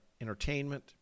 entertainment